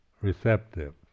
Receptive